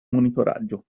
monitoraggio